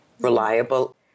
Reliable